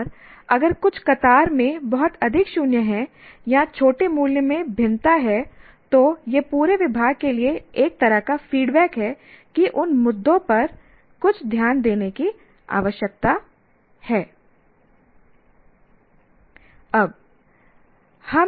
और अगर कुछ कतार में बहुत अधिक शून्य हैं या छोटे मूल्य में भिन्नता है तो यह पूरे विभाग के लिए एक तरह का फीडबैक है कि उन मुद्दों पर कुछ ध्यान देने की आवश्यकता है